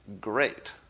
great